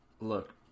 Look